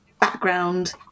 background